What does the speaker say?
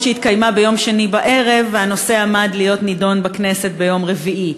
אף שהיא התקיימה ביום שני בערב והנושא עמד להיות נדון בכנסת ביום רביעי.